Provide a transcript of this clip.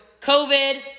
covid